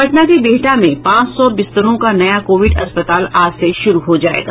पटना के बिहटा में पांच सौ बिस्तरों का नया कोविड अस्पताल आज से शुरू हो जायेगा